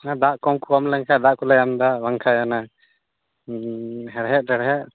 ᱚᱱᱟ ᱫᱟᱜ ᱠᱚ ᱠᱚᱢ ᱞᱮᱱᱠᱷᱟᱡ ᱫᱟᱜ ᱠᱚᱞᱮ ᱮᱢ ᱮᱫᱟ ᱵᱟᱝᱠᱷᱟᱱ ᱚᱱᱮ ᱦᱮᱲᱦᱮᱫ ᱴᱮᱲᱦᱮᱫ